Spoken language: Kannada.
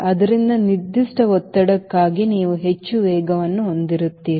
ಆದ್ದರಿಂದ ನಿರ್ದಿಷ್ಟ ಒತ್ತಡಕ್ಕಾಗಿ ನೀವು ಹೆಚ್ಚು ವೇಗವನ್ನು ಹೊಂದಿರುತ್ತೀರಿ